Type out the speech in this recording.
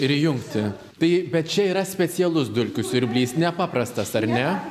ir įjungti tai bet čia yra specialus dulkių siurblys nepaprastas ar ne